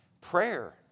Prayer